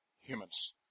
humans